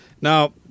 now